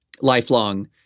lifelong